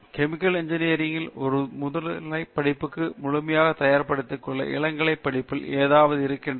chemical engineering ல் ஒரு முதுகலை படிப்புக்கு முழுமையாக தயார்படுத்துவதில் தெரியாத இளங்கலை படிப்பில் ஏதாவது இருக்கிறதா